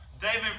David